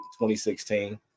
2016